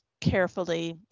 carefully